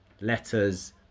Letters